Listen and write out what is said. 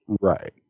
right